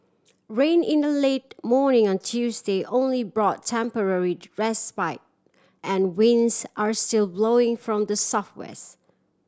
rain in the late morning on Tuesday only brought temporary respite and winds are still blowing from the southwest